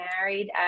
married